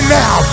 now